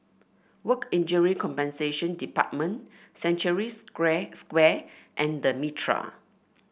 Work Injury Compensation Department Century Square and The Mitraa